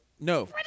No